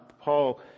Paul